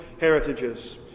heritages